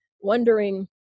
wondering